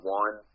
one